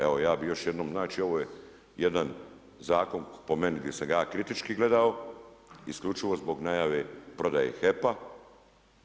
Evo ja bih još jedno, znači ovo je jedan zakon po meni gdje sam ga ja kritički gledao, isključivo zbog najave prodaje HEP-a.